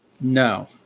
No